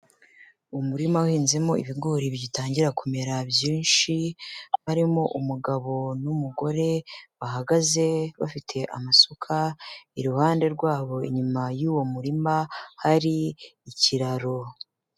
Umurima uhinzemo ibigori bigitangira kumera byinshi, harimo umugabo n'umugore bahagaze bafite amasuka, iruhande rwabo inyuma y'uwo murima hari ikiraro.